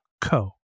co